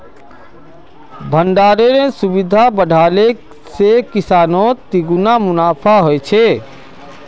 भण्डरानेर सुविधा बढ़ाले से किसानक तिगुना मुनाफा ह छे